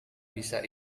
bisa